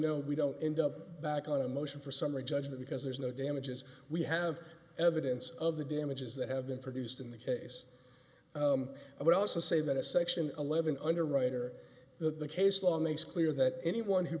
know we don't end up back on a motion for summary judgment because there's no damages we have evidence of the damages that have been produced in the case i would also say that a section eleven underwriter the case law makes clear that anyone who